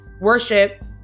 worship